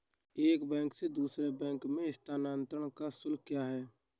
एक बैंक से दूसरे बैंक में स्थानांतरण का शुल्क क्या है?